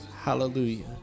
Hallelujah